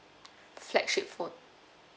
flagship phone